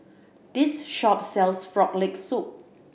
this shop sells Frog Leg Soup